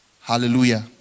Hallelujah